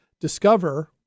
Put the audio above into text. discover